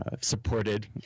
supported